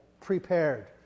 prepared